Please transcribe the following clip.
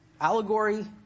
Allegory